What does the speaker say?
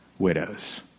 widows